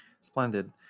Splendid